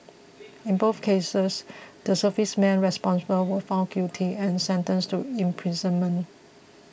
in both cases the serviceman responsible were found guilty and sentenced to imprisonment